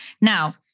Now